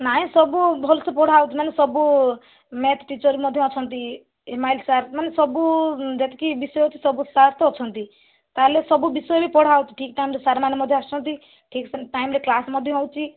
ନାହିଁ ସବୁ ଭଲସେ ପଢ଼ାହେଉଛି ନହେଲେ ସବୁ ମ୍ୟାଥ୍ ଟିଚର୍ ମଧ୍ୟ ଅଛନ୍ତି ଏମ୍ ଆଇ ଏଲ୍ ସାର୍ ମାନେ ସବୁ ଯେତିକି ବିଷୟ ଅଛି ସବୁ ସାର୍ ତ ଅଛନ୍ତି ତା'ହେଲେ ସବୁ ବିଷୟ ବି ପଢ଼ାହେଉଛି ଠିକ୍ ଟାଇମ୍ରେ ସାର୍ ମାନେ ମଧ୍ୟ ଆସୁଛନ୍ତି ଠିକ୍ ଟାଇମ୍ରେ କ୍ଲାସ୍ ମଧ୍ୟ ହେଉଛି